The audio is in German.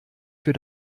für